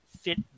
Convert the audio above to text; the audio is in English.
fit